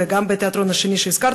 וגם בתיאטרון השני שהזכרת,